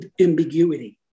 ambiguity